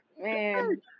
Man